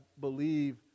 believe